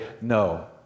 no